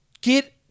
get